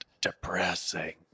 depressing